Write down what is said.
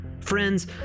friends